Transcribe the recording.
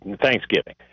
Thanksgiving